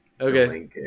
Okay